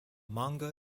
manga